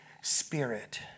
spirit